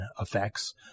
effects